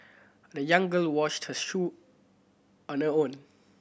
the young girl washed her shoe on her own